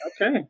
okay